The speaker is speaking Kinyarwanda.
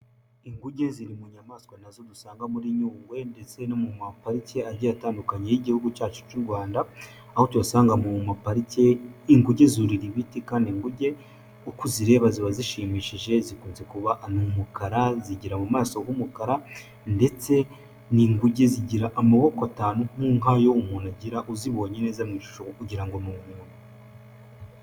Inguge ziri mu nyamaswa nazo dusanga muri Nyungwe, ndetse no mu ma pariki agiye atandukanye y'igihugu cyacu cy'u Rwanda, aho tuyasanga mu ma parike, inguge zurira ibiti kandi inguge uko uzireba ziba zishimishije, zikunze kuba ni umukara, zigira mu maso h'umukara, ndetse ni inguge zigira amaboko atanu nk'ayo umuntu agira, uzibonye neza mu ishusho ugira ngo ni umuntu.